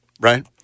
right